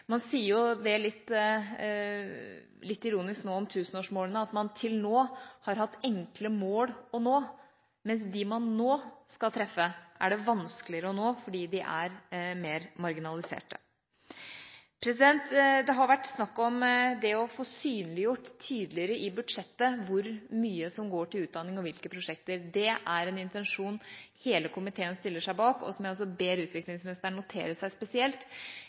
man det nå litt ironisk: Til nå har man hatt enkle mål å nå, mens de man nå skal treffe, er det vanskeligere å nå, fordi de er mer marginaliserte. Det har vært snakk om det å få synliggjort tydeligere i budsjettet hvor mye som går til utdanning, og til hvilke prosjekter. Det er en intensjon hele komiteen stiller seg bak, og som jeg også ber utviklingsministeren notere seg spesielt.